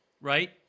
right